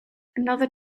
another